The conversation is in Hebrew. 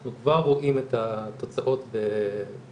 אנחנו כבר רואים את התוצאות בבוגרים,